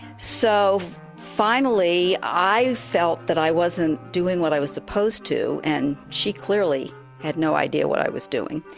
so finally, i felt that i wasn't doing what i was supposed to. and she clearly had no idea what i was doing.